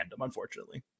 unfortunately